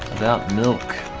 about milk,